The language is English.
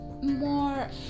more